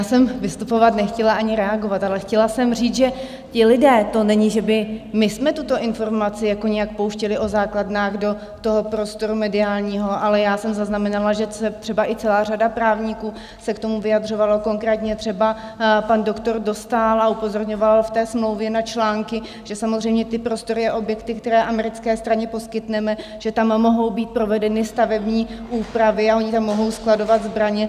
Já jsem vystupovat nechtěla, ani reagovat, ale chtěla jsem říct, že ti lidé, to není, že bychom my tuto informaci jako nějak pouštěli o základnách do toho prostoru mediálního, ale já jsem zaznamenala, že třeba i celá řada právníků se k tomu vyjadřovala, konkrétně třeba pan doktor Dostál, a upozorňoval v té smlouvě na články, že samozřejmě ty prostory a objekty, které americké straně poskytneme, že tam mohou být provedeny stavební úpravy a oni tam mohou skladovat zbraně.